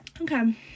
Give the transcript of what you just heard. Okay